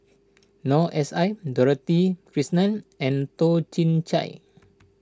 Noor S I Dorothy Krishnan and Toh Chin Chye